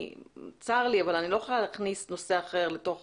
צר לי, אבל אני לא יכול להכניס נושא אחר לתוך